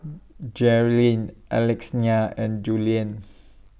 Jerrilyn Alexina and Julien